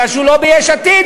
כי הוא לא ביש עתיד,